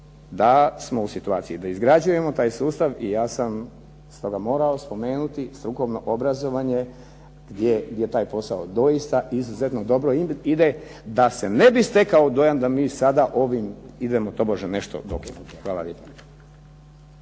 da smo u situaciji da izgrađujemo taj sustav i ja sam stoga morao spomenuti strukovno obrazovanje gdje je taj posao doista izuzetno dobro ide da se ne bi stekao dojam da mi sada ovim idemo tobože nešto dokinuti. Hvala lijepa.